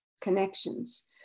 connections